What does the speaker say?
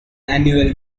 annual